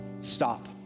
stop